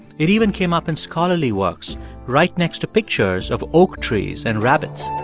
it even came up in scholarly works right next to pictures of oak trees and rabbits